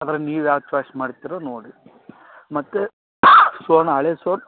ಅದ್ರಾಗೆ ನೀವು ಯಾವ್ದು ಚಾಯ್ಸ್ ಮಾಡ್ತೀರೋ ನೋಡಿ ಮತ್ತು ಸೋನಾ ಹಳೆ ಸೋನಾ